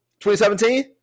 2017